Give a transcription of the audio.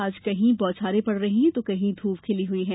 आज कहीं बौछारें पड़ रही हैं तो कहीं धूप खिली हुई है